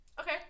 Okay